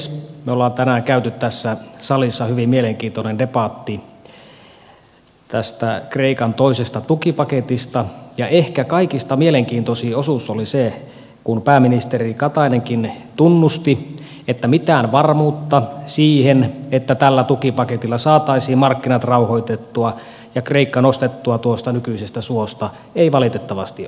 me olemme tänään käyneet tässä salissa hyvin mielenkiintoisen debatin tästä kreikan toisesta tukipaketista ja ehkä kaikista mielenkiintoisin osuus oli se kun pääministeri katainenkin tunnusti että mitään varmuutta siitä että tällä tukipaketilla saataisiin markkinat rauhoitettua ja kreikka nostettua tuosta nykyisestä suosta ei valitettavasti ole